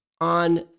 on